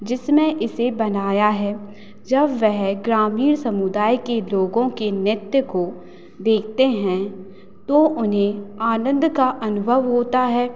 जिसने इसे बनाया है जब वह ग्रामीण समुदाय के लोगों के नृत्य को देखते हैं तो उन्हें आनंद का अनुभव होता है